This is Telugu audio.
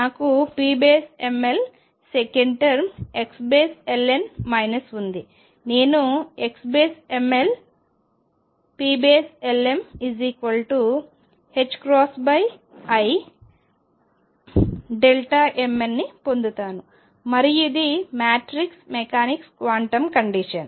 నాకు pml second term xln minus ఉంది నేను xmlpln imn ని పొందుతాను మరియు ఇది మ్యాట్రిక్స్ మెకానిక్స్ క్వాంటం కండిషన్